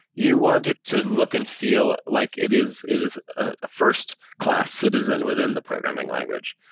you want it to look and feel like it is it is a first class citizen within the programming language,